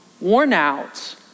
worn-out